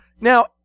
Now